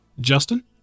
Justin